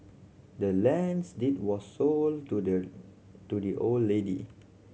the land's deed was sold to the to the old lady